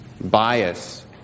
bias